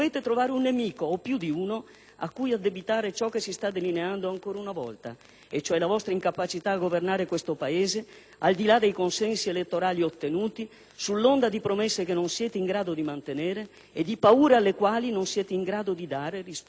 a cui addebitare ciò che si sta delineando ancora una volta e cioè la vostra incapacità a governare questo Paese, al di là dei consensi elettorali ottenuti sull'onda di promesse che non riuscite a mantenere, e di paure alle quali non siete in grado di dare risposte rassicuranti e durature.